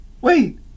Wait